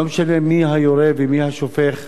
לא משנה מי היורה ומי השופך,